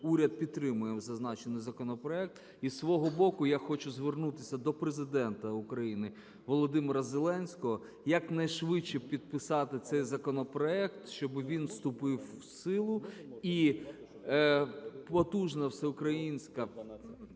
уряд підтримує зазначений законопроект. І зі свого боку я хочу звернутися до Президента України Володимира Зеленського якнайшвидше підписати цей законопроект, щоби він вступив в силу.